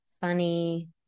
funny